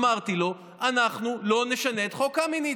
אמרתי לו: אנחנו לא נשנה את חוק קמיניץ.